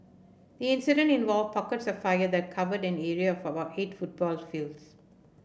the incident involved pockets of fire that covered an area of about eight football fields